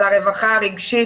על הרווחה הרגשית